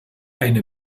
eine